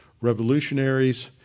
revolutionaries